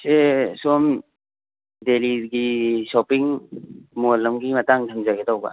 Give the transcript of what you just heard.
ꯁꯤ ꯁꯣꯝ ꯗꯦꯜꯂꯤꯒꯤ ꯁꯣꯞꯄꯤꯡ ꯃꯣꯜ ꯑꯝꯒꯤ ꯃꯇꯥꯡꯗ ꯍꯪꯖꯒꯦ ꯇꯧꯕ